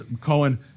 Cohen